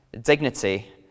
dignity